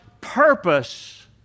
purpose